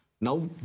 Now